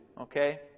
okay